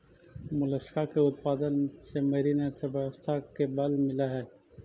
Mollusca के उत्पादन से मरीन अर्थव्यवस्था के बल मिलऽ हई